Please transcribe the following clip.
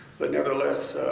but nevertheless,